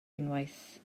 unwaith